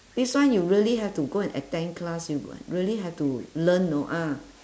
this one you really have to go and attend class you really have to learn you know ah